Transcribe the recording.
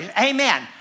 Amen